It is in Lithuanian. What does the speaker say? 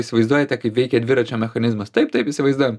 įsivaizduojate kaip veikia dviračio mechanizmas taip taip įsivaizduojam